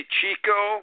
Chico